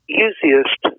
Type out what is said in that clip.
easiest